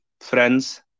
friends